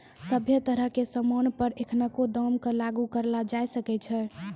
सभ्भे तरह के सामान पर एखनको दाम क लागू करलो जाय सकै छै